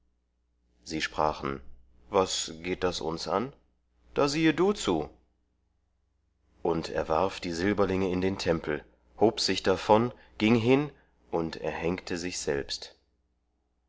sie sprachen was geht uns das an da siehe du zu und er warf die silberlinge in den tempel hob sich davon ging hin und erhängte sich selbst